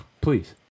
Please